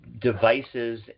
devices